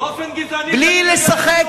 בלי לשחק,